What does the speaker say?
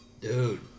Dude